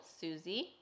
Susie